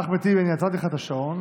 הרב ולר מבצע את תפקידו באופן